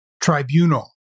Tribunal